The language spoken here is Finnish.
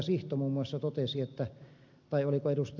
sihto muun muassa totesi tai oliko ed